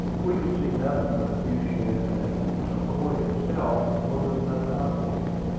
we could see nothing but a few sheds, and tocoi itself was of no consequence.